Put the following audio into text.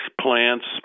plants